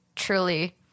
truly